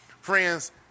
friends